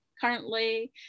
currently